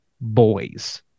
boys